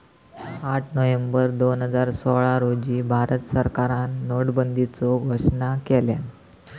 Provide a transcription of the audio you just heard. आठ नोव्हेंबर दोन हजार सोळा रोजी भारत सरकारान नोटाबंदीचो घोषणा केल्यान